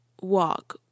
walk